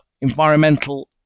environmental